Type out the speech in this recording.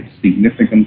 significant